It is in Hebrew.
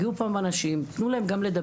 הגיעו פה אנשים, תנו להם גם לדבר.